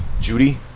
Judy